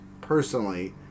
personally